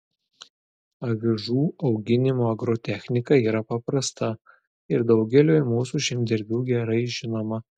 avižų auginimo agrotechnika yra paprasta ir daugeliui mūsų žemdirbių gerai žinoma